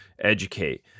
Educate